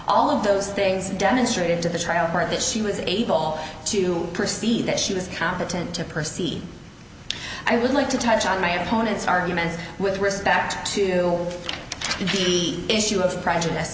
all of those things demonstrated to the trial court that she was able to proceed that she was competent to proceed i would like to touch on my opponent's arguments with respect to the issue of prejudice